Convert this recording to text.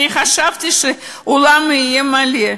אני חשבתי שהאולם יהיה מלא,